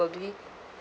probably